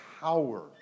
power